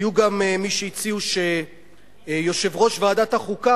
היו גם מי שהציעו שיושב-ראש ועדת החוקה,